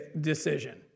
decision